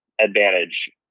advantage